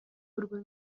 urwo